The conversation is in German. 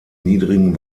niedrigen